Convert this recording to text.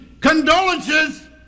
Condolences